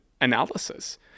analysis